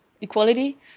equality